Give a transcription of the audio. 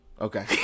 okay